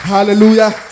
Hallelujah